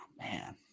man